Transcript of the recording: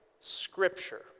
scripture